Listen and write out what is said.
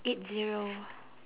eight zero